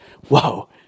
Whoa